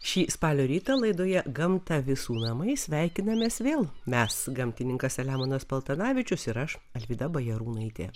šį spalio rytą laidoje gamta visų namai sveikinamės vėl mes gamtininkas selemonas paltanavičius ir aš alvyda bajarūnaitė